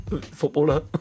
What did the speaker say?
footballer